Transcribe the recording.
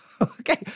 Okay